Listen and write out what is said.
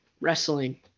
wrestling